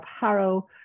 Harrow